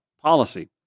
policy